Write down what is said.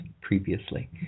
previously